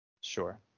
Sure